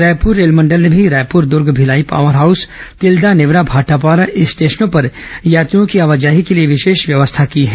रायपुर रेलमंडल ने भी Raipur Durg Bhilai power house Tilda Neora Bhatapara railway स्टेशनों पर यात्रियों की आवाजाही के लिए विशेष व्यवस्था की है